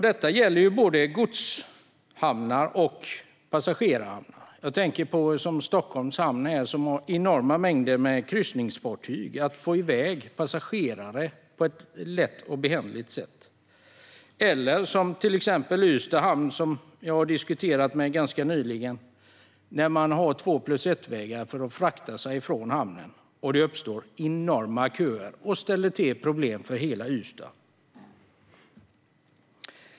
Detta gäller både godshamnar och passagerarhamnar. Jag tänker på Stockholms hamn, som har enorma mängder av kryssningsfartyg och behöver få i väg passagerare på ett lätt och behändigt sätt, eller till exempel Ystad hamn, som jag har diskuterat med ganska nyligen, där man har två-plus-ett-vägar för att ta sig från hamnen. Det uppstår enorma köer och ställer till problem för hela Ystad.